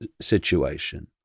situation